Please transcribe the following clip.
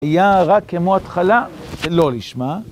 היה רק כמו התחלה, לא נשמע.